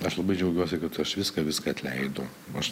aš labai džiaugiuosi kad aš viską viską atleidau aš